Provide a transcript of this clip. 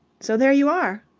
so there you are!